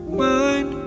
mind